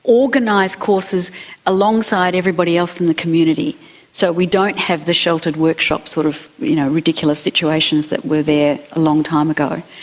organise courses alongside everybody else in the community so we don't have the sheltered workshop, the sort of you know ridiculous situations that were there a long time ago,